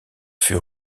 fut